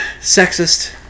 Sexist